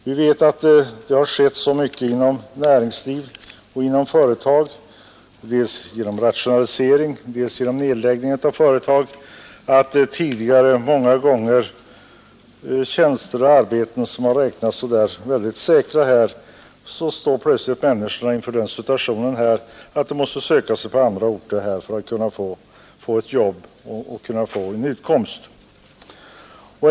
Vi vet att det har skett så mycket inom näringslivet — dels genom rationalisering, dels genom nedläggning av företag — att människor, trots arbeten som tidigare många gånger räknats som mycket säkra, plötsligt står inför situationen att de måste söka sig till andra orter för sin utkomst.